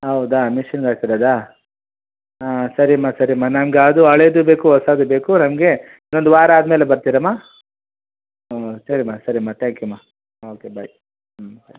ಹೌದಾ ಮಿಷಿನ್ಗಾಕಿರೋದಾ ಹಾಂ ಸರಿಮಾ ಸರಿಮಾ ನಂಗೆ ಅದು ಹಳೆದು ಬೇಕು ಹೊಸಾದು ಬೇಕು ನಮಗೆ ಇನ್ನೊಂದು ವಾರ ಆದಮೇಲೆ ಬರ್ತಿರಮ್ಮಾ ಹ್ಞೂ ಸರಿಮಾ ಸರಿಮಾ ಥ್ಯಾಂಕ್ ಯು ಮಾ ಓಕೆ ಬಾಯ್ ಹ್ಞೂ ಬಾಯ್